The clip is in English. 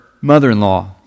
mother-in-law